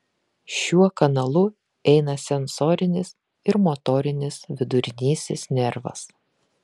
šiuo kanalu eina sensorinis ir motorinis vidurinysis nervas